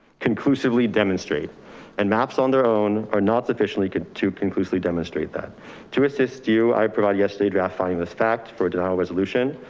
conclusively demonstrate and maps on their own are not sufficiently could to conclusively demonstrate that to assist you. i provide yesterday draft finding this fact for a denial resolution.